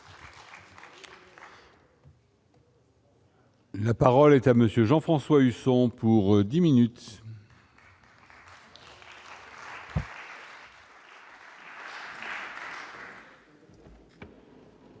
La parole est à monsieur Jean-François Husson pour 10 minutes. Monsieur